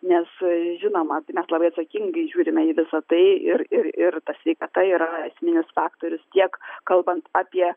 nes žinoma mes labai atsakingai žiūrime į visa tai ir ir ir ta sveikata yra esminis faktorius tiek kalbant apie